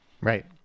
right